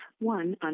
one